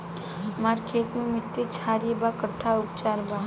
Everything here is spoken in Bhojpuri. हमर खेत के मिट्टी क्षारीय बा कट्ठा उपचार बा?